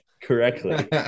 correctly